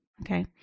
okay